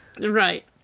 right